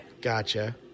gotcha